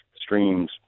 streams